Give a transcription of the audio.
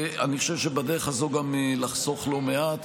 ואני חושב שבדרך הזו גם לחסוך לא מעט.